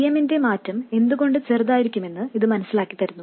gmന്റെ മാറ്റം എന്തുകൊണ്ട് ചെറുതായിരിക്കുമെന്ന് ഇത് മനസ്സിലാക്കിതരുന്നു